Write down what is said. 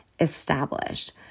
established